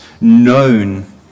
known